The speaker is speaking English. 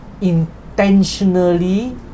intentionally